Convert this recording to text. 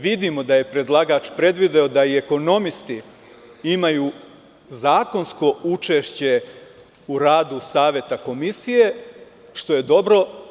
Vidimo da je predlagač predvideo da i ekonomisti imaju zakonsko učešće u radu Saveta komisije, što je dobro.